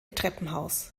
treppenhaus